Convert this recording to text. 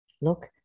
Look